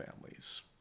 families